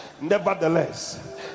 nevertheless